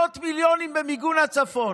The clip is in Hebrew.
שמנו מאות מיליונים במיגון הצפון.